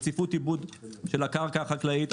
רציפות עיבוד של הקרקע החקלאית,